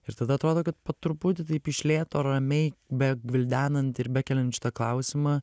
ir tada atrodo kad po truputį taip iš lėto ramiai begvildenant ir bekeliant šitą klausimą